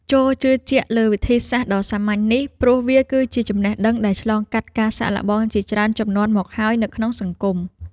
ចូរជឿជាក់លើវិធីសាស្ត្រដ៏សាមញ្ញនេះព្រោះវាគឺជាចំណេះដឹងដែលឆ្លងកាត់ការសាកល្បងជាច្រើនជំនាន់មកហើយនៅក្នុងសង្គម។